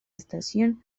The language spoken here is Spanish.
estación